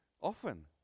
often